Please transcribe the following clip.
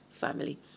family